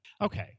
Okay